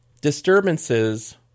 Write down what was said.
disturbances